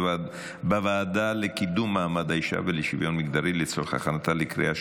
לוועדה לקידום מעמד האישה ולשוויון מגדרי נתקבלה.